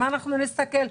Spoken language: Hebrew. אם אנחנו נסתכל,